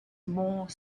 more